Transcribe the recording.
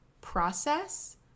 process